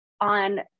on